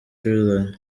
children